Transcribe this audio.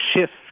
shift